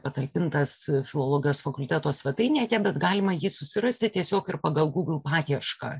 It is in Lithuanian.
patalpintas filologijos fakulteto svetainėje bet galima jį susirasti tiesiog ir pagal gūgl paiešką